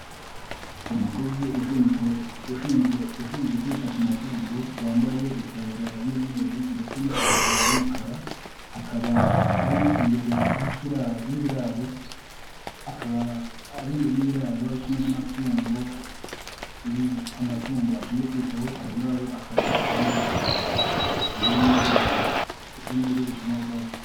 Umukozi ushinzwe kwita ku matungo, wambaye itaburiya y'umweru ndetse n'ipantaro y'umukara, akaba ari imbere y'ibiraro ari kumwe n'amatungo amatungo ashinzwe kwitaho ayongayo akaba ari inka, zirimo zirisha n'ubwatsi.